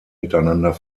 miteinander